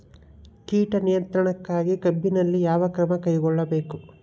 ಕೇಟ ನಿಯಂತ್ರಣಕ್ಕಾಗಿ ಕಬ್ಬಿನಲ್ಲಿ ಯಾವ ಕ್ರಮ ಕೈಗೊಳ್ಳಬೇಕು?